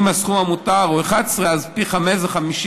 ואם הסכום המותר הוא 11,000 אז פי חמישה